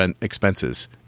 expenses